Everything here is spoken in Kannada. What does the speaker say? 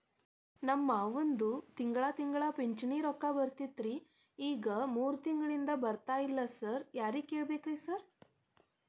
ನಮ್ ಮಾವಂದು ತಿಂಗಳಾ ತಿಂಗಳಾ ಪಿಂಚಿಣಿ ರೊಕ್ಕ ಬರ್ತಿತ್ರಿ ಈಗ ಮೂರ್ ತಿಂಗ್ಳನಿಂದ ಬರ್ತಾ ಇಲ್ಲ ಸಾರ್ ಯಾರಿಗ್ ಕೇಳ್ಬೇಕ್ರಿ ಸಾರ್?